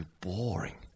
boring